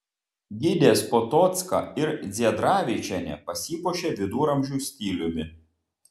gidės potocka ir dziedravičienė pasipuošė viduramžių stiliumi